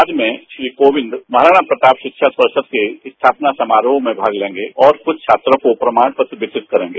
बाद में श्री कोविंद महाराणा प्रताप शिक्षा परिषद के स्थापना समारोह में भाग लेंगे और कुछ छात्रों को प्रमाणपत्र वितरित करेंगे